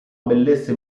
bellezze